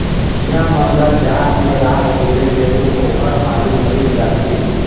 चिंया मन ल जाड़ में राख देहे ले तो ओहर हालु मइर जाथे